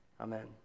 amen